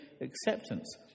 acceptance